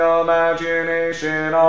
imagination